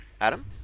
Adam